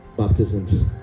baptisms